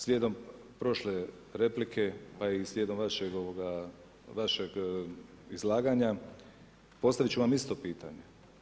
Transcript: Slijedom prošle replike pa i slijedom vašeg izlaganja postavit ću vam isto pitanje.